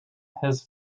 his